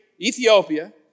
Ethiopia